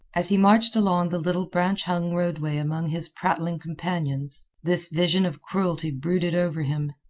as he marched along the little branch-hung roadway among his prattling companions this vision of cruelty brooded over him.